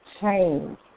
change